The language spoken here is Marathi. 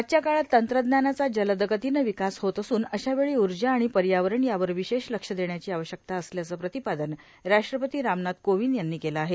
आजच्या काळात तंत्रज्ञानाचा जलदगतीनं विकास होत असून अशावेळी ऊर्जा आणि पर्यावरण यावर विशेष लक्ष देण्याची आवश्यकता असल्याचं प्रतिपादन राष्ट्रपती रामनाथ कोविंद यांनी केलं आहे